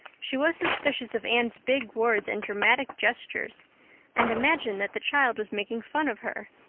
she was suspicious of anne's big words and dramatic gestures and imagined that the child was making fun of her.